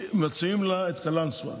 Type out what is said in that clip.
מציעים לה את קלנסווה,